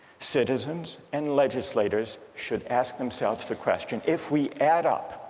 citizens and legislators should ask themselves the question if we add up,